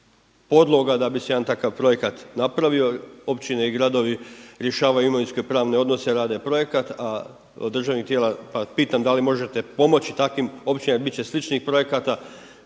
podloga da bi se jedan takav projekat napravio. Općine i gradovi rješavaju imovinskopravne odnose, rade projekat, a od državnih tijela. Pa pitam da li možete pomoći takvim općinama jer bit će sličnih projekata